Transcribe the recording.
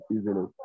easily